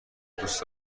دوست